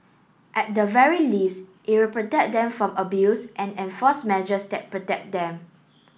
at the very least it will protect them from abuse and enforce measures that protect them